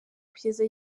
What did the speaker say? kugeza